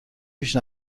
پیش